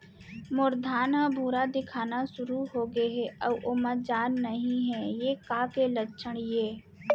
मोर धान ह भूरा दिखना शुरू होगे हे अऊ ओमा जान नही हे ये का के लक्षण ये?